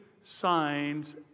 signs